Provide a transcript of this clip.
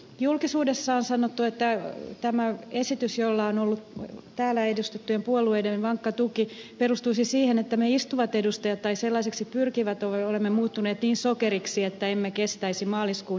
julkisuudessa on sanottu että tämä esitys jolla on ollut täällä edustettujen puolueiden vankka tuki perustuisi siihen että me istuvat edustajat tai sellaiseksi pyrkivät olemme muuttuneet niin sokeriksi että emme kestäisi maaliskuun ilmoja